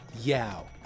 Yao